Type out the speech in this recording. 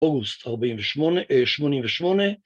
‫אוגוסט 48', שמונים ושמונה.